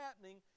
happening